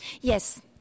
Yes